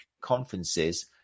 conferences